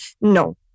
No